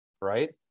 right